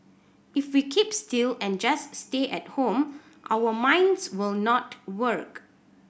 if we keep still and just stay at home our minds will not work